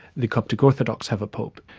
the coptic orthodox have a pope.